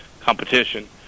competition